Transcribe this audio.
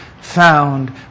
found